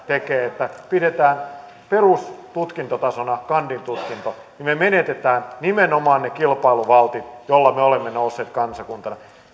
tekevät että pidetään perustutkintotasona kandintutkinto niin me menetämme nimenomaan ne kilpailuvaltit joilla me olemme nousseet kansakuntana